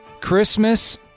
Christmas